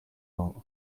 muhango